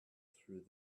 through